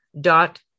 dot